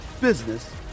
business